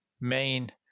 main